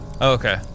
okay